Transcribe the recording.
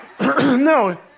No